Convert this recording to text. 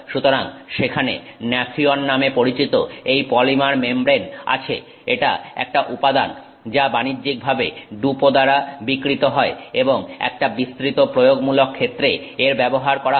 সুতরাং সেখানে ন্যাফিয়ন নামে পরিচিত এই পলিমার মেমব্রেন আছে এটা একটা উপাদান যা বাণিজ্যিকভাবে DuPont দ্বারা বিক্রিত হয় এবং একটা বিস্তৃত প্রয়োগমূলক ক্ষেত্রে এর ব্যবহার করা হয়